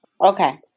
Okay